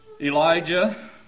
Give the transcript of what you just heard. Elijah